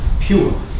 pure